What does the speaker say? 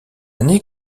année